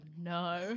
no